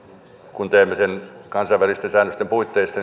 kun teemme sen kansainvälisten säännösten puitteissa